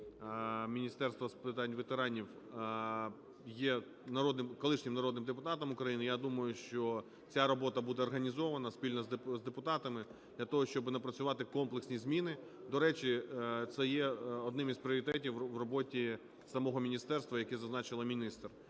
Міністерства з питань ветеранів є колишнім народним депутатом України, я думаю, що ця робота буде організована спільно з депутатами для того, щоб напрацювати комплексні зміни. До речі, це є одним із пріоритетів в роботі самого міністерства, як і зазначила міністр.